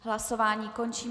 Hlasování končím.